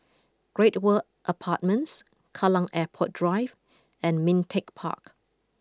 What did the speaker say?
Great World Apartments Kallang Airport Drive and Ming Teck Park